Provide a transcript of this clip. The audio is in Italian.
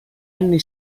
anni